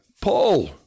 Paul